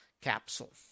capsule